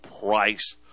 price